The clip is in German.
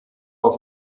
auf